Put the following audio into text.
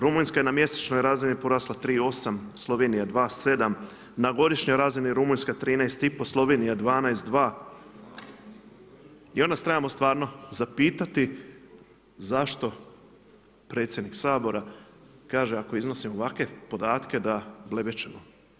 Rumunjska je na mjesečnoj razini narasla 3 8 Slovenija 2 7 na godišnjoj razini Rumunjska 13,5 Slovenija 12 2 i onda se trebamo stvarno zapitati, zašto predsjednik Sabora, kaže ako iznosimo ovakve podatke da blebećemo.